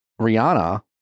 Rihanna